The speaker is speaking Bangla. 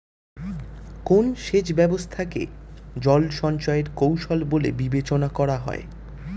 কোন সেচ ব্যবস্থা কে জল সঞ্চয় এর কৌশল বলে বিবেচনা করা হয়?